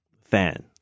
fan